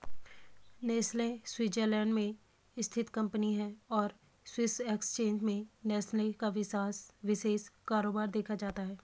Nestle Switzerland में स्थित company है और स्विस एक्सचेंज में नेस्ले का विशेष कारोबार देखा जाता है